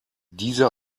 diese